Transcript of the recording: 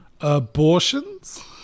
Abortions